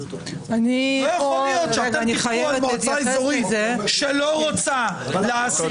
לא יכול להיות שאתם תכפו על מועצה אזורית שלא רוצה להעסיק.